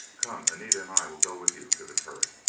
come, anita and i will go with you to the turret.